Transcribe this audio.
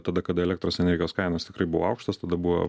tada kada elektros energijos kainos tikrai buvo aukštos tada buvo